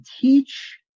teach